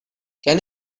can